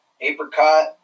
apricot